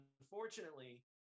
unfortunately